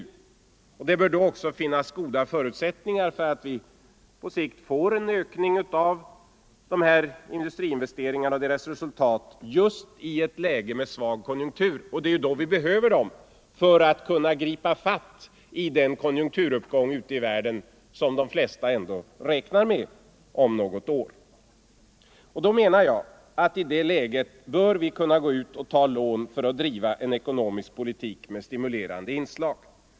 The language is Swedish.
Det bör då också finnas goda förutsättningar för att vi på sikt får en ökning av industriinvesteringarna och deras resultat just i ett läge med svag konjunktur. Det är då vi behöver dem för att kunna gripa fast i den konjunkturuppgång ute i världen som de flesta ändå räknar med om något år. Därför menar jag att i det här läget bör vi kunna gå ut och ta lån för att driva en ekonomisk politik med stimulerande inslag.